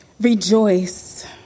Rejoice